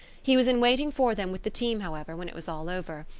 he was in waiting for them, with the team, however, when it was all over,